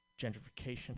Gentrification